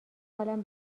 حالم